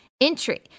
entry